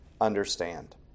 understand